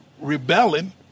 rebelling